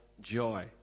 joy